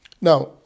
Now